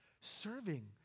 serving